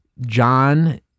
John